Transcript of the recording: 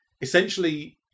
essentially